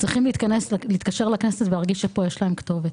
צריכים להתקשר לכנסת ולהרגיש שכאן יש להם כתובת.